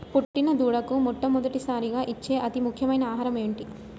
పుట్టిన దూడకు మొట్టమొదటిసారిగా ఇచ్చే అతి ముఖ్యమైన ఆహారము ఏంటి?